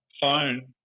phone